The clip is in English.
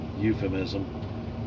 euphemism